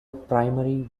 primary